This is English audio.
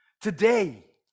today